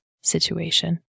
situation